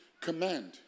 command